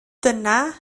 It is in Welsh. dyna